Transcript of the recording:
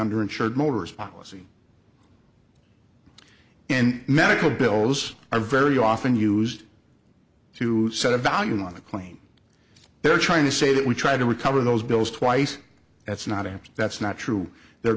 under insured motorist policy and medical bills are very often used to set a value on a claim they're trying to say that we try to recover those bills twice that's not him that's not true the